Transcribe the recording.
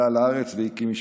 עלה לארץ והקים משפחה.